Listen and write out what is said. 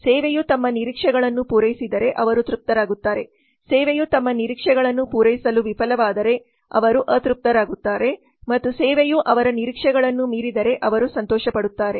ಸೇವೆಯು ತಮ್ಮ ನಿರೀಕ್ಷೆಗಳನ್ನು ಪೂರೈಸಿದರೆ ಅವರು ತೃಪ್ತರಾಗುತ್ತಾರೆ ಸೇವೆಯು ತಮ್ಮ ನಿರೀಕ್ಷೆಗಳನ್ನು ಪೂರೈಸಲು ವಿಫಲವಾದರೆ ಅವರು ಅತೃಪ್ತರಾಗುತ್ತಾರೆ ಮತ್ತು ಸೇವೆಯು ಅವರ ನಿರೀಕ್ಷೆಗಳನ್ನು ಮೀರಿದರೆ ಅವರು ಸಂತೋಷಪಡುತ್ತಾರೆ